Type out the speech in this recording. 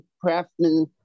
craftsmen